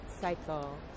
cycle